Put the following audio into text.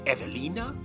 Evelina